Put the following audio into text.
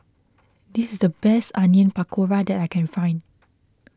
this is the best Onion Pakora that I can find